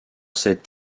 cet